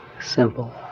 Simple